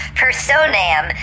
personam